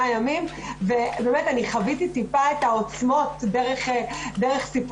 ימים ובאמת אני חוויתי טיפה את העוצמות דרך סיפורים,